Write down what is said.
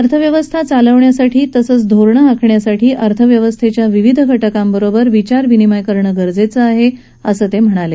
अर्थव्यवस्था चालवण्यासाठी तसंच धोरणं आखण्यासाठी अर्थव्यवस्थेच्या विविध घटकांबरोबर विचार विनिमय करणं गरजेचं असल्याचं ते म्हणाले